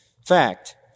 fact